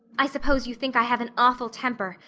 i suppose you think i have an awful temper,